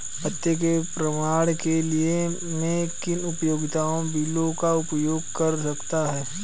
पते के प्रमाण के लिए मैं किन उपयोगिता बिलों का उपयोग कर सकता हूँ?